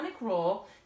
role